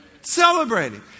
Celebrating